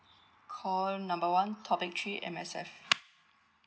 call number one topic three M_S_F